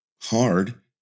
hard